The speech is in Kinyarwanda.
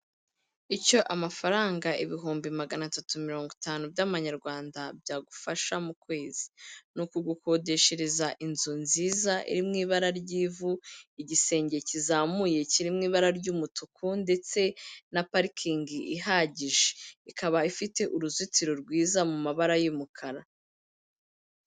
Icyo amafaranga ibihumbi magana tatu mirongo itanu by'amanyarwanda byagufasha mu kwezi, ni ukugukodeshereza inzu nziza iri mu ibara ry'ivu, igisenge kizamuye kiri mu ibara ry'umutuku, ndetse na parikingi ihagije. Ikaba ifite uruzitiro rwiza mu mabara y'umukara.